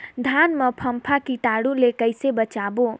धान मां फम्फा कीटाणु ले कइसे बचाबो?